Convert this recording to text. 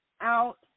out